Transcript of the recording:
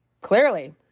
Clearly